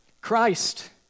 Christ